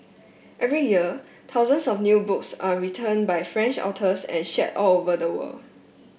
every year thousands of new books are written by French authors and shared all over the world